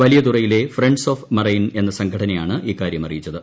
വലിയതുറയിലെ friends of marine എന്ന സംഘടനയാണ് കൃഷ്ക്കാര്യം അറിയിച്ചത്